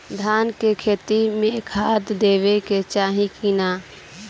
धान के खेती मे खाद देवे के चाही कि ना?